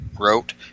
wrote